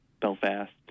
belfast